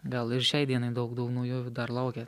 gal ir šiai dienai daug daug naujovių dar laukia